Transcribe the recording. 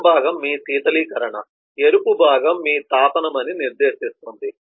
నీలం భాగం మీ శీతలీకరణ ఎరుపు భాగం మీ తాపనమని నిర్దేశిస్తుంది